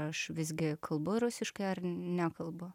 aš visgi kalbu rusiškai ar nekalbu